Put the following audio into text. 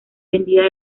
vendida